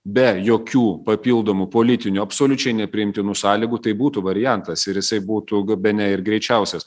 be jokių papildomų politinių absoliučiai nepriimtinų sąlygų tai būtų variantas ir jisai būtų ga bene ir greičiausias